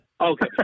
Okay